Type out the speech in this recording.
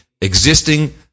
existing